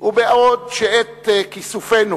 בעוד את כיסופינו